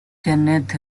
kenneth